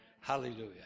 Hallelujah